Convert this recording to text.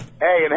Hey